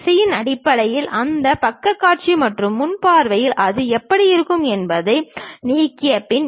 திசையின் அடிப்படையில் அந்த பக்கக் காட்சி அல்லது முன் பார்வையில் அது எப்படி இருக்கும் என்பதை நீக்கிய பின்